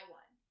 one